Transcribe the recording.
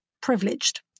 privileged